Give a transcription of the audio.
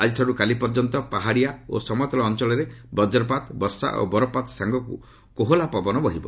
ଆଜିଠାରୁ କାଲିପର୍ଯ୍ୟନ୍ତ ପାହାଡ଼ିଆ ଓ ସମତଳ ଅଞ୍ଚଳରେ ବକ୍ରପାତ ବର୍ଷା ଓ ବରଫପାତ ସାଙ୍ଗକୁ କୋହଲାପବନ ବହିବ